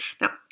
Now